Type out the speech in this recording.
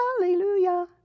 Hallelujah